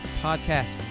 Podcast